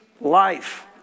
life